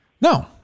No